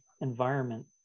environment